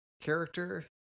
character